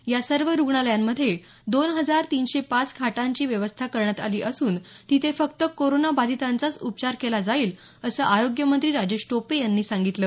या सर्व रुग्णालयांमध्ये दोन हजार तीनशे पाच खाटांची व्यवस्था करण्यात आली असून तिथे फक्त कोरोना बाधितांचाच उपचार केला जाईल असं आरोग्यमंत्री राजेश टोपे यांनी सांगितलं